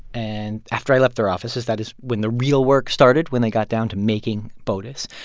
and after i left their offices, that is when the real work started, when they got down to making botus.